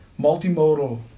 multimodal